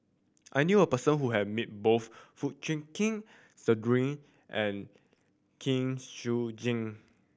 I knew a person who has met both Foo Chee Keng Cedric and Kwek Siew Jin